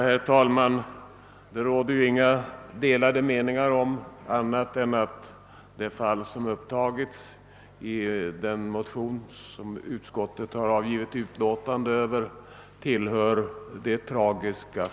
Herr talman! Det råder ju inga delade meningar om att det fall som upptagits i den motion som statsutskottet behandlat i sitt utlåtande nr 127 tillhör de mera tragiska.